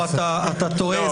לא, אתה טועה.